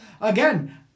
again